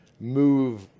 move